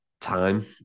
time